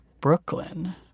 brooklyn